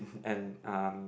and um